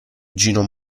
gino